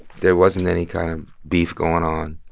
there wasn't any kind of beef going on,